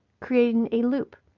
creating a loop.